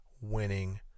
winning